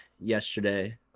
yesterday